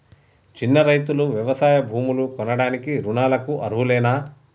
చిన్న రైతులు వ్యవసాయ భూములు కొనడానికి రుణాలకు అర్హులేనా?